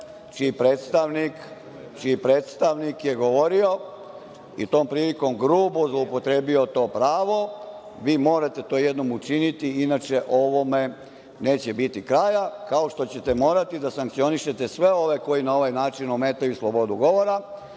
čiji je predstavnik govorio i tom prilikom grubo zloupotrebio to pravo. Vi morate to jednom učiniti, inače ovome neće biti kraja, kao što ćete morati da sankcionišete sve ove koje na ovaj način ometaju slobodu govora.